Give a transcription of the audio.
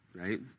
right